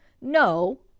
no